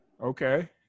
okay